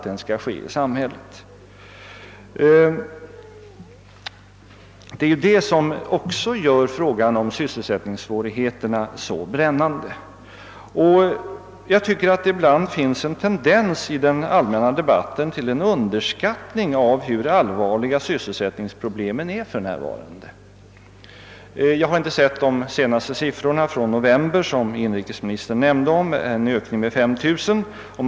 Det är ju även detta som gör frågan om sysselsättningssvårigheterna så brännande. Jag tycker att det ibland finns en tendens i den allmänna debatten att underskatta hur allvarliga sysselsättningsproblemen för närvarande är. Jag har inte sett de senaste siffrorna från november, men inrikesministern nämnde att det skett en ökning av antalet arbetslösa med 5 000.